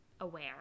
aware